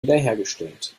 wiederhergestellt